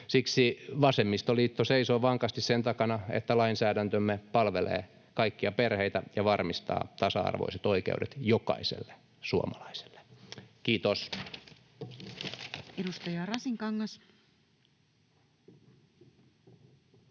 Siksi vasemmistoliitto seisoo vankasti sen takana, että lainsäädäntömme palvelee kaikkia perheitä ja varmistaa tasa-arvoiset oikeudet jokaiselle suomalaiselle. — Kiitos. [Speech 196]